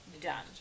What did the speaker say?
done